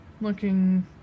looking